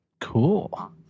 Cool